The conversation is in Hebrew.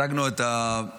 הצגנו את המציאות